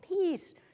peace